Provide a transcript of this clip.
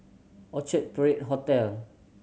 Orchard Parade Hotel